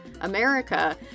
America